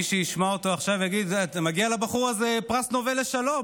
מי שישמע אותו עכשיו יגיד: מגיע לבחור הזה פרס נובל לשלום,